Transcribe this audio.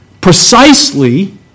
precisely